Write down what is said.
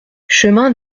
chemin